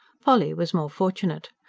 polly was more fortunate.